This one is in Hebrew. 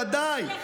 ודאי.